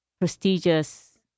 prestigious